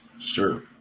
Sure